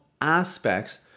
aspects